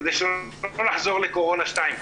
כדי שלא נצטרך לחזור לקורונה שתיים.